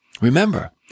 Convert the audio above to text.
Remember